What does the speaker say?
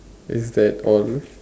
is that all